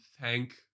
thank